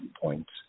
points